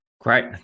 Great